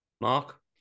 Mark